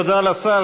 תודה לשר.